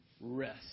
rest